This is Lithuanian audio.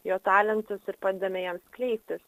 jo talentus ir padedame jam skleistis